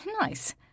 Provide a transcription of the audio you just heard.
Nice